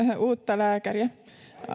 uutta lääkäriä